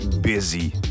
busy